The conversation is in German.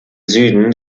süden